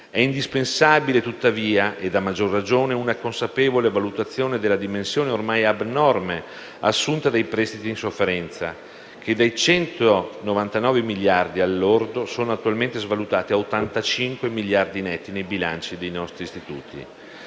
È indispensabile, tuttavia ed a maggior ragione, una consapevole valutazione della dimensione ormai abnorme assunta dai prestiti in sofferenza, che dai 199 miliardi al lordo sono attualmente svalutati a 85 miliardi netti nei bilanci dei nostri istituti.